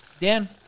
Dan